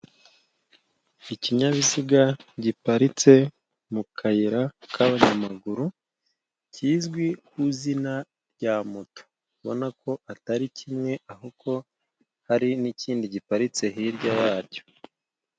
Ikinyabiziga giparitse mu kayira k'abanyamaguru, kizwi ku izina rya moto, urabona ko atari kimwe ahubwo hari n'ikindi giparitse hirya yacyo.